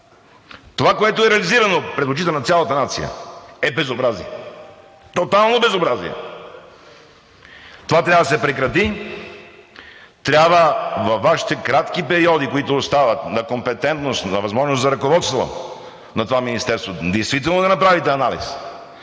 Това, което е реализирано пред очите на цялата нация, е безобразие! Тотално безобразие! Това трябва да се прекрати! Трябва във Вашите кратки периоди, които остават, на компетентност, на възможност за ръководство на това Министерство действително да направите анализ,